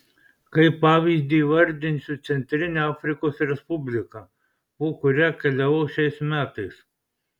kaip pavyzdį įvardinsiu centrinę afrikos respubliką po kurią keliavau šiais metais